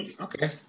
Okay